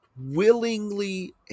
willingly